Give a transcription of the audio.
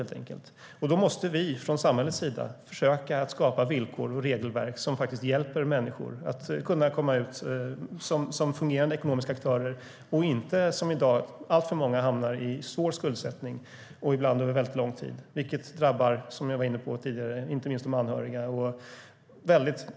Från samhällets sida måste vi då försöka skapa villkor och regelverk som hjälper människor att vara fungerande ekonomiska aktörer. I dag är det alltför många som hamnar i svår skuldsättning, ibland under väldigt lång tid. Detta drabbar inte minst de anhöriga, som jag var inne på tidigare.